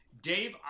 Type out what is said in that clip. Dave